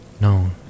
known